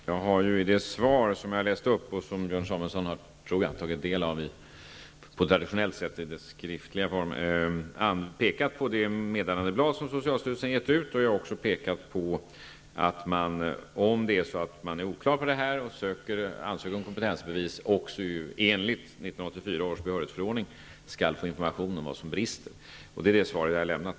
Fru talman! Jag har ju i det svar som jag läste upp och som Björn Samuelson har tagit del av pekat på det meddelandeblad som socialstyrelsen har gett ut. Jag påpekade också att man, om man har det oklart och ansöker om kompetensbevis, enligt 1984 års behörighetsförordning skall få information om vad som brister. Det är det svar jag har lämnat.